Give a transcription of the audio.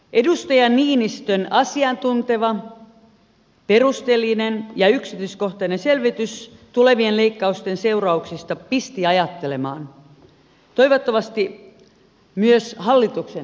edustaja niinistön asiantunteva perusteellinen ja yksityiskohtainen selvitys tulevien leikkausten seurauksista pisti ajattelemaan toivottavasti myös hallituksen edustajat